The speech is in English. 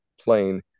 plane